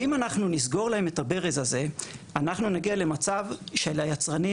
אם אנחנו נסגור להם את הברז הזה אנחנו נגיע למצב שהיצרנים